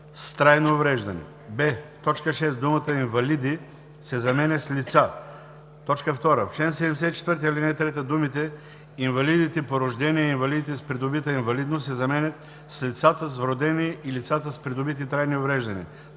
трайно увреждане“; б) в т. 6 думата „инвалиди“ се заменя с „лица“. 2. В чл. 74, ал. 3 думите „инвалидите по рождение и инвалидите с придобита инвалидност“ се заменят с „лицата с вродени и лицата с придобити трайни увреждания“.